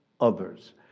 others